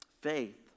faith